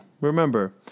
remember